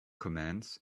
commands